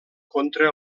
contra